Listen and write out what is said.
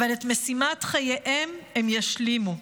אבל את משימת חייהם הם ישלימו,